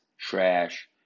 trash